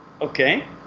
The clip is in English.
Okay